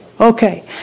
Okay